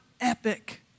epic